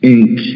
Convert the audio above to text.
Inc